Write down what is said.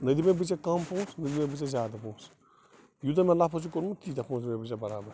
نَہ دِمٕے بہٕ ژےٚ کم پونٛسہٕ نَہ دِمٕے بہٕ ژےٚ زیادٕ پونٛسہٕ یوٗتاہ مےٚ لفظ چھُ کوٚرمُت تیٖتاہ پونٛسہٕ دِمٕے بہٕ ژےٚ بَرابر